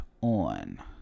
on